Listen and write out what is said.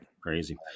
Crazy